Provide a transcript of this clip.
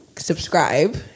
Subscribe